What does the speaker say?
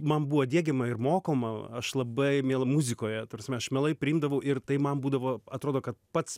man buvo diegiama ir mokoma aš labai muzikoje ta prasme aš mielai priimdavau ir tai man būdavo atrodo kad pats